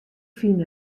fyn